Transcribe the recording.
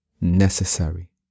necessary